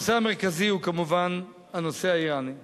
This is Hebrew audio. הנושא המרכזי הוא כמובן הנושא האירני,